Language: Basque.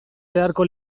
beharko